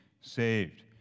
saved